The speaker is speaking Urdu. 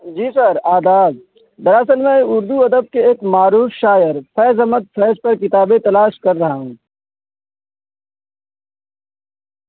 جی سر آداب دراصل میں اردو ادب کے ایک معروف شاعر فیض احمد فیض پر کتابیں تلاش کر رہا ہوں